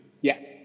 Yes